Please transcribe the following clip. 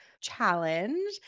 challenge